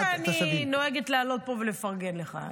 אתה יודע שאני נוהגת לעלות לפה ולפרגן לך.